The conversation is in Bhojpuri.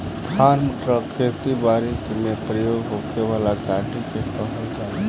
फार्म ट्रक खेती बारी में प्रयोग होखे वाला गाड़ी के कहल जाला